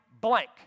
blank